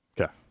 Okay